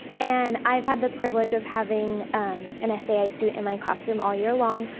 and i've had the privilege of having an sai student in my classroom all year long.